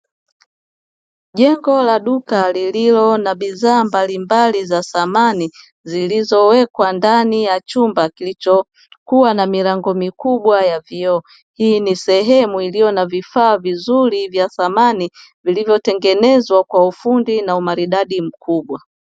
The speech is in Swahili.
Jengo la duka lililo la bidhaa mbalimbali za samani zilizowekwa ndani ya chumba kilichokua na milango mikubwa ya vioo. Hii ni sehemu iliyo na vifaa vizuri vya samani vilivyo tengenezwa kwa ufundi na umaridadi mkubwa.